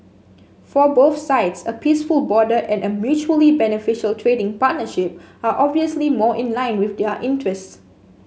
for both sides a peaceful border and a mutually beneficial trading partnership are obviously more in line with their interests